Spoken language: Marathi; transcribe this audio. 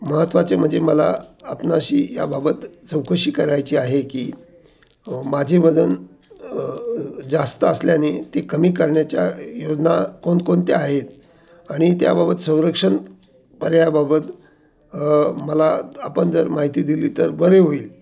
महत्त्वाचे म्हणजे मला आपणाशी याबाबत चौकशी करायची आहे की माझे वजन जास्त असल्याने ते कमी करण्याच्या योजना कोणकोणत्या आहेत आणि त्याबाबत संरक्षण पर्यायाबाबत मला आपण जर माहिती दिली तर बरे होईल